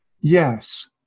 Yes